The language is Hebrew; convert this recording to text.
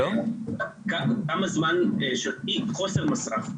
זה כמה זמן --- חוסר מסך.